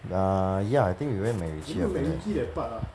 err ya I think we went macritchie